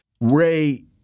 Ray